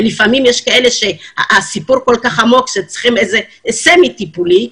ולפעמים יש כאלה שהסיפור כל כך עמוק שצריכים איזה סמי טיפולי,